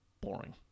boring